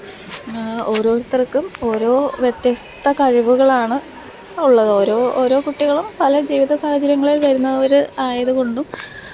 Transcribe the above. ഓരോരുത്തര്ക്കും ഓരോ വ്യത്യസ്ത കഴിവുകളാണ് ഉള്ളത് ഓരോ ഓരോ കുട്ടികളും പല ജീവിത സാഹചര്യങ്ങളില് വരുന്നവർ ആയത് കൊണ്ടും